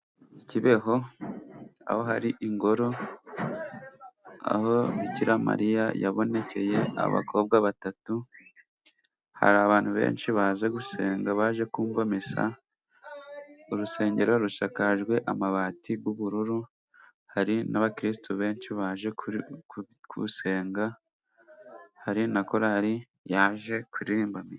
Ikibeho aho hari ingoro aho Bikiramariya yabonekeye abakobwa batatu. Hari abantu benshi baje gusenga, baje kumva misa. Urusengero rusakajwe amabati y'ubururu, hari n'abakirisitu benshi baje gusenga, hari na korari yaje kuririmba misa.